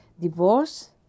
divorce